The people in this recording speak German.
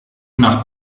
nach